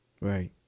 Right